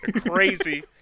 crazy